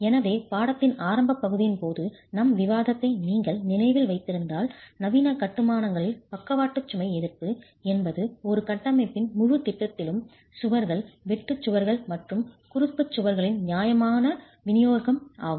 எனவே பாடத்தின் ஆரம்பப் பகுதியின் போது நம் விவாதத்தை நீங்கள் நினைவில் வைத்திருந்தால் நவீன கட்டுமானங்களில் பக்கவாட்டு சுமை எதிர்ப்பு என்பது ஒரு கட்டமைப்பின் முழுத் திட்டத்திலும் சுவர்கள் வெட்டு சுவர்கள் மற்றும் குறுக்கு சுவர்களின் நியாயமான விநியோகம் ஆகும்